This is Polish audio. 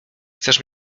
chcesz